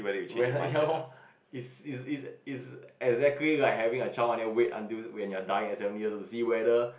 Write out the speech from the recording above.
where her ya loh is is is is exactly like having a chance and then wait until when you die at seventy years old and see whether